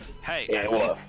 Hey